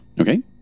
Okay